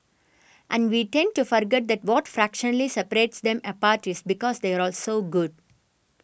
and we tend to forget that what fractionally separates them apart is because they are all so good